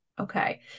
Okay